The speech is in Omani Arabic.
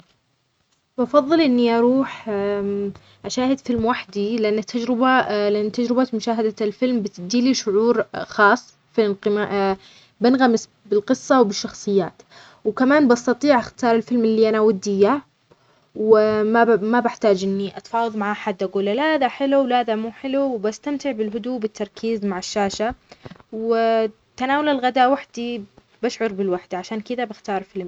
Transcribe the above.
أفضل الذهاب لمشاهدة فيلم وحدي. لأنني أقدر أركز أكثر على الفيلم بدون أي تشويش وأعيش التجربة كاملة. أما في الغداء، أفضل أكون مع أحد علشان نتشارك اللحظات والحديث مع بعض، لأن الأكل مع الناس يضيف طعم خاص للوجبة.